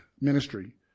ministry